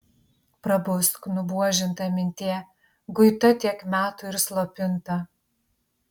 prabusk nubuožinta mintie guita tiek metų ir slopinta